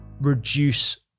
reduce